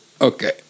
Okay